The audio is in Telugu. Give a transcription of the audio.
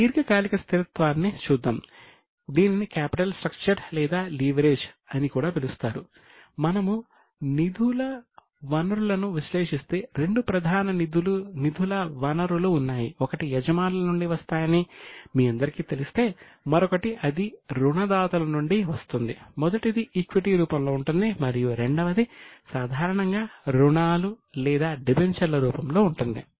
ఇప్పుడు దీర్ఘకాలిక స్థిరత్వాన్ని చూద్దాం దీనిని క్యాపిటల్ స్ట్రక్చర్ రూపంలో ఉంటుంది